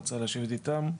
רצה לשבת איתם.